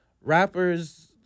rappers